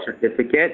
certificate